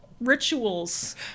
rituals